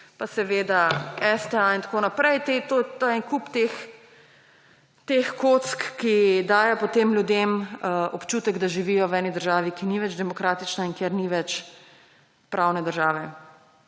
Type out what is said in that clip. pa seveda STA in tako naprej. To je en kup teh kock, ki daje potem ljudem občutek, da živijo v eni državi, ki ni več demokratična in kjer ni več pravne države.